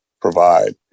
provide